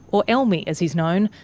or elmi as he's known,